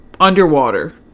Underwater